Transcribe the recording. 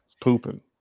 pooping